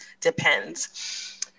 depends